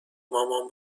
مامان